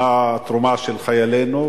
מה התרומה של חיילינו,